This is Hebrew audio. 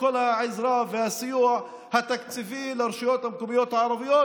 כל העזרה והסיוע התקציבי לרשויות המקומיות הערביות